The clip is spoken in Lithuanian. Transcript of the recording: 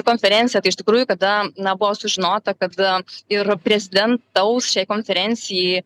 konferenciją tai iš tikrųjų kada na buvo sužinota kad ir prezidentaus šiai konferencijai